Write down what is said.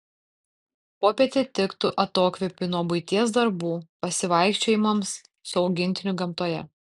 popietė tiktų atokvėpiui nuo buities darbų pasivaikščiojimams su augintiniu gamtoje